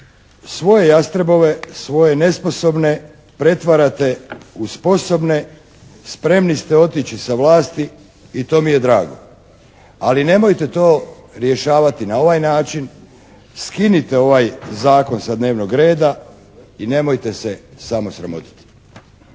svoje jastrebove, svoje nesposobne pretvarate u sposobne. Spremni ste otići sa vlasti i to mi je drago, ali nemojte to rješavati na ovaj način. Skinite ovaj zakon sa dnevnog reda i nemojte se samo sramotiti.